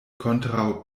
kontraŭ